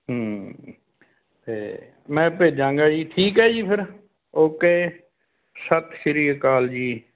ਹਮ ਅਤੇ ਮੈਂ ਭੇਜਾਂਗਾ ਜੀ ਠੀਕ ਹੈ ਜੀ ਫਿਰ ਓਕੇ ਸਤਿ ਸ਼੍ਰੀ ਅਕਾਲ ਜੀ